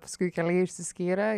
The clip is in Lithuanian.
paskui keliai išsiskyrė